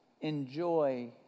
enjoy